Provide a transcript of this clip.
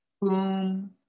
Boom